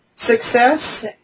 Success